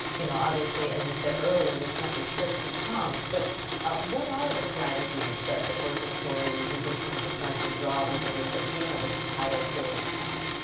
you know obviously, you said earlier, we can't row strict who comes but what are the strategies that the tourism authority uses in terms of trying to draw visitors that do have a higher daily spending?